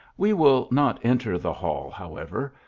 we will not enter the hall, however,